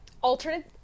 Alternate